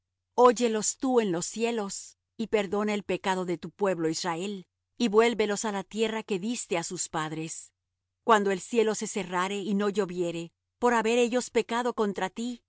oyelos tú en los cielos y perdona el pecado de tu pueblo israel y vuélvelos á la tierra que diste á sus padres cuando el cielo se cerrare y no lloviere por haber ellos pecado contra ti